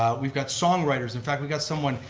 ah we've got song writers. in fact we've got someone,